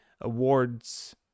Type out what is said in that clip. awards